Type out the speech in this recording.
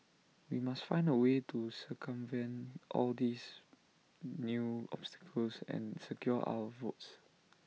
we must find A way to circumvent all these new obstacles and secure our votes